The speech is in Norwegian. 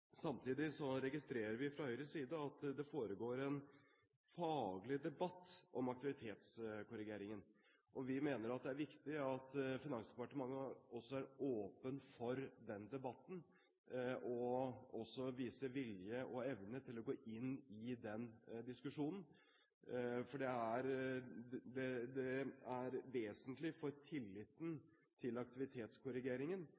registrerer vi fra Høyres side at det foregår en faglig debatt om aktivitetskorrigeringen. Vi mener det er viktig at Finansdepartementet også er åpen for den debatten, og viser vilje og evne til å gå inn i den diskusjonen. Det er vesentlig for tilliten til aktivitetskorrigeringen at den treffer så noenlunde, og at det